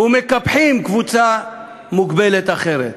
ומקפחים קבוצה מוגבלת אחרת.